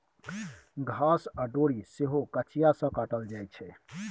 घास आ डोरी सेहो कचिया सँ काटल जाइ छै